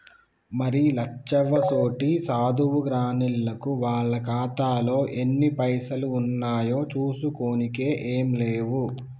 మరి లచ్చవ్వసోంటి సాధువు రానిల్లకు వాళ్ల ఖాతాలో ఎన్ని పైసలు ఉన్నాయో చూసుకోనికే ఏం లేవు